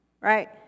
right